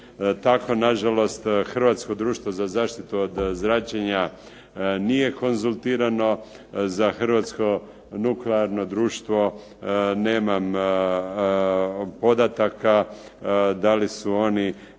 Tako na žalost Hrvatsko društvo za zaštitu od zračenja nije konzultirano. Za Hrvatsko nuklearno društvo nemam podataka da li su oni